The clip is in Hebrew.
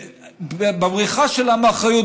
בבריחה שלה מאחריות,